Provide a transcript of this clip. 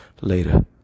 Later